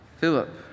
philip